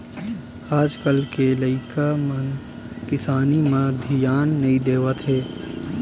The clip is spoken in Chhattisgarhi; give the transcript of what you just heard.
आज कल के लइका मन किसानी म धियान नइ देवत हे